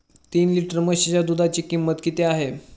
तीन लिटर म्हशीच्या दुधाची किंमत किती आहे?